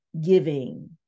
giving